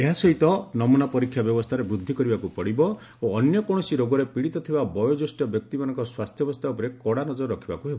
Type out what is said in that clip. ଏହା ସହିତ ନମୁନା ପରୀକ୍ଷା ବ୍ୟବସ୍ଥାରେ ବୃଦ୍ଧି କରିବାକୁ ପଡ଼ିବ ଓ ଅନ୍ୟ କୌଣସି ରୋଗରେ ପୀଡ଼ିତ ଥିବା ବୟୋଜ୍ୟେଷ୍ଠ ବ୍ୟକ୍ତିମାନଙ୍କ ସ୍ୱାସ୍ଥ୍ୟାବସ୍ଥା ଉପରେ କଡ଼ା ନଜର ରଖିବାକୁ ହେବ